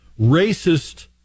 racist